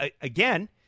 again